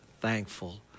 thankful